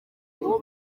uwo